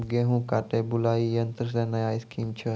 गेहूँ काटे बुलाई यंत्र से नया स्कीम छ?